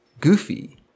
goofy